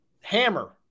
hammer